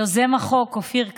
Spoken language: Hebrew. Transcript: יוזם החוק אופיר כץ,